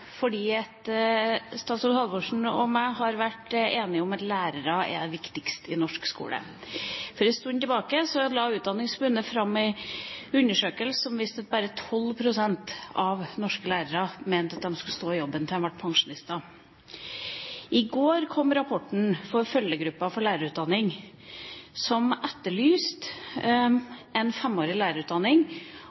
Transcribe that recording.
har vært enige om at lærere er det viktigste i norsk skole. For en stund tilbake la Utdanningsforbundet fram en undersøkelse som viste at bare 12 pst. av norske lærere mente at de skulle stå i jobben til de ble pensjonister. I går kom rapporten fra Følgegruppen for lærerutdanningsreformen, som etterlyser en femårig lærerutdanning